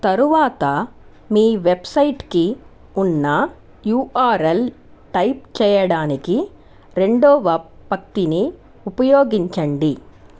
తరువాత మీ వెబ్సైట్కి ఉన్న యుఆర్ఎల్ టైప్ చేయడానికి రెండవ పక్తిని ఉపయోగించండి